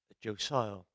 Josiah